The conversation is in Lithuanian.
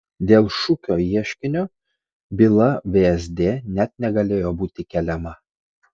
dėl šukio ieškinio byla vsd net negalėjo būti keliama